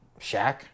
Shaq